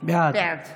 ועדת